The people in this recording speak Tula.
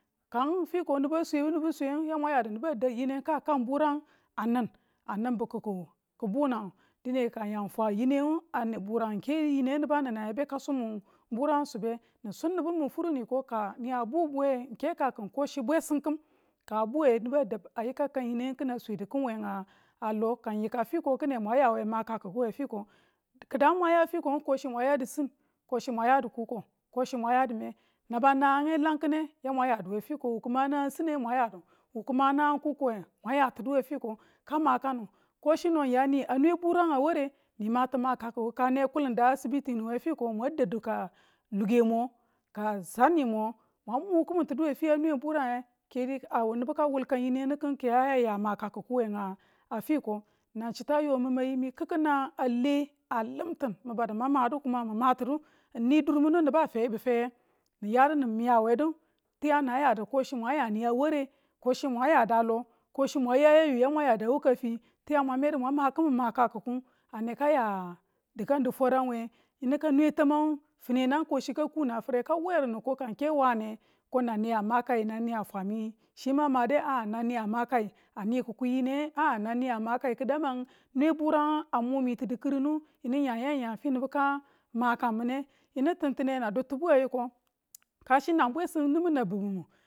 kang fiko niba swebu nibu swengu ya mwan yadu nibu ka daa yineng ka kang burang anin a ninbu kikku ki bunang dine ka yang fwa yinengu, burang n ke yinengu niba nine beka su min burangu sube nin su mbu min fure mko ka ni a bubuwe ke ka kin kachi bwesim kim ka buwe nibu a dau a yikan kan yinengi kin swedi we ki wu lo kan yika fiko kine mwan yawa makakku we fiko, kidangu mwan ya fikongu kasi mwan yadu sin kasi mwan yadu kuko kasi mwan yadi me naba nangange laa kine ya mwan yadu we wu fiko ki ma nangang sinange mwan yadu, wu ki manang kuko nge mwan yatinu we fiko kamanang tinu we fiko ka makanu kasi no ng ya ni a nwe burang a ware ni matu makakiku ka ane kuli da asibiti we fiko mwa dadu ka luke mo ka sani mo mwa mu kimitinu we finu a mwen burange ke nibu ka wul kan yineng kin ke ya makakiku we ng fiko nan chitu ma yi mi ko kiki nanang a le a lim tin mu badu ma madu mi matidu mi ni dur min nu nibu a feyibu feye, ni ya du ni miyawe du. tiyang na yadu ko chi no mwang ya ni a ware kochi mwan yadu a lo, kochi mwan ya yeyu ya mwan yadu a wuka fi tiyang mwan medu mang ma kimin makakiku, ane ka ya dikan difwaran we, yeni ka nwe tamangu fininang kochi ka kunu a fireng ka wernu ka nke wane ng ko nan ni a makane kang ni a fwemi chi ma madi a, nan ni a makaye, a ni kukwi yinenge, a nan ni a makaye kidang man nweburang a mu mi ti dikirinu yinu ng yan ya finu nibe ka makamine yinu tintine yinu tintine na dutibu we yiko kachi nang bwesim nimu na bubumu